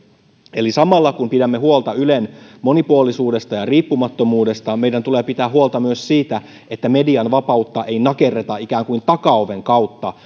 eli samalla kun pidämme huolta ylen monipuolisuudesta ja riippumattomuudesta meidän tulee pitää huolta myös siitä että median vapautta ei nakerreta ikään kuin takaoven kautta